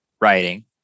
writing